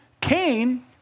Cain